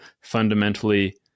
fundamentally